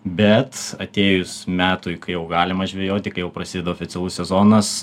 bet atėjus metui kai jau galima žvejoti kai jau prasideda oficialus sezonas